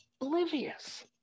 oblivious